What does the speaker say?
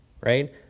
right